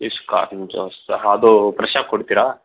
ಅದು ಫ್ರೆಶ್ಶಾಗಿ ಕೊಡ್ತೀರಾ